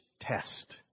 test